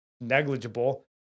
negligible